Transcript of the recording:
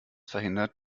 verhindert